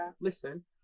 Listen